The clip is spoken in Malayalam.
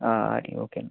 ആ ആ എടീ ഓക്കെ എന്നാൽ